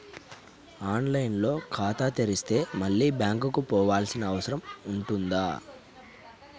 On line లో ఖాతా తెరిస్తే మళ్ళీ బ్యాంకుకు పోవాల్సిన అవసరం ఉంటుందా?